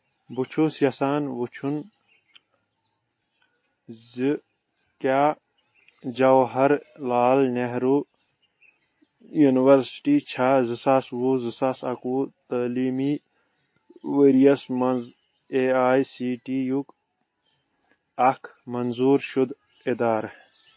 بہٕ چھُس یژھان وٕچھُن زِ کیٛاہ جواہر لال نہروٗ یُنورسِٹی چھا زٕ ساس وُہ زٕ ساس اَکہٕ وُہ تعلیٖمی ورۍ یَس مَنٛز اے آی سی ٹی یُک اکھ منظور شُدٕ اِدارٕ؟